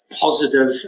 positive